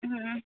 हुँ